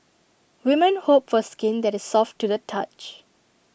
women hope for skin that is soft to the touch